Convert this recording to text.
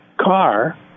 car